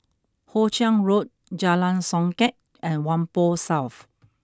Hoe Chiang Road Jalan Songket and Whampoa South